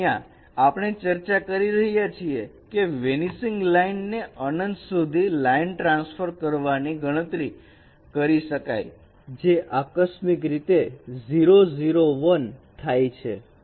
અહીંયા આપણે ચર્ચા કરી રહ્યા છીએ કે વેનીસિંગ લાઈન ને અનંત સુધી લાઇન ટ્રાન્સફર કરવાથી ગણતરી કરી શકાય છે જે આકસ્મિક રીતે થાય છે